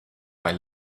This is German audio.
bei